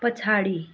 पछाडि